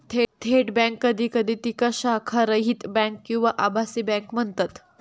थेट बँक कधी कधी तिका शाखारहित बँक किंवा आभासी बँक म्हणतत